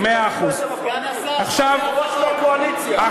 ראש הקואליציה.